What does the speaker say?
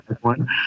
one